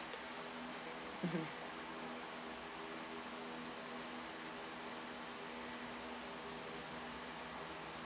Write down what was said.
mmhmm